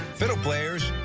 fiddle players